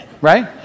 right